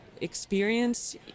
experience